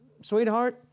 sweetheart